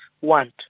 want